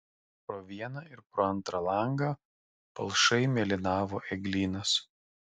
pro vieną ir pro antrą langą palšai mėlynavo eglynas